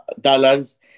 dollars